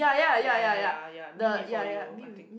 ya ya ya ya Me Before You I think